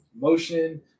motion